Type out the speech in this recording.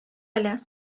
әле